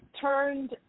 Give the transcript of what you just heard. turned